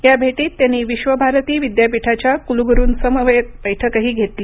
या भेटीत त्यांनी विश्र्वभारती विद्यापीठाच्या कुलगुरुंसमवेत बैठकही घेतली